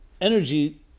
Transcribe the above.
energy